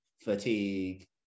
fatigue